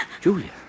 Julia